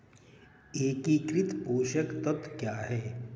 एकीकृत पोषक तत्व क्या है?